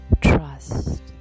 Trust